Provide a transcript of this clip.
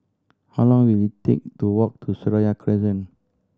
how long will it take to walk to Seraya Crescent